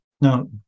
Now